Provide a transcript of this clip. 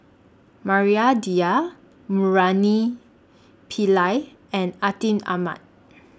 Maria Dyer Murali Pillai and Atin Amat